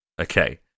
Okay